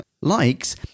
Likes